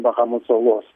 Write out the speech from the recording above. bahamų salos